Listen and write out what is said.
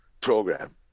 program